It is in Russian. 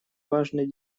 важной